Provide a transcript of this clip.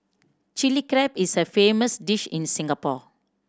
Chilli Crab is a famous dish in Singapore